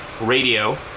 radio